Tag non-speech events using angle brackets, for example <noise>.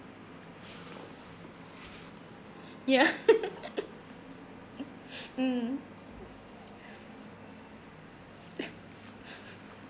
ya <laughs> mm <laughs>